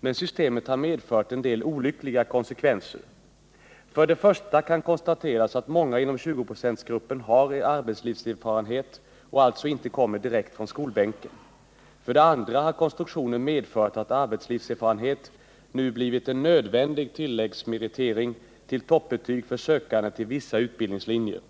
men systemet har medfört en del olyckliga konsekvenser. För det första kan konstateras att många inom 20-procentsgruppen har arbetslivserfarenhet och alltså inte kommer direkt från skolbänken. För det andra har konstruktionen medfört att arbetslivserfarenhet nu blivit en nödvändig tilläggsmeritering till toppbetyg för sökande till vissa utbildningslinjer.